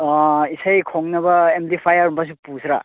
ꯑꯥ ꯏꯁꯩ ꯈꯣꯡꯅꯕ ꯑꯦꯝꯄ꯭ꯂꯤꯐꯥꯌꯔ ꯒꯨꯝꯕꯁꯨ ꯄꯨꯁꯤꯔꯥ